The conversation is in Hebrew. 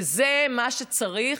וזה מה שצריך,